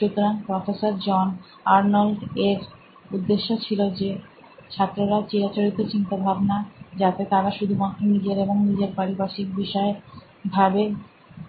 সুতরাং professor John Arnold এর উদ্দেশ্য ছিল যে ছাত্ররা চিরাচরিত চিন্তাভাবনা যাতে তারা শুধুমাত্র নিজের এবং নিজের পারিপার্শিক বিষয় ভাবে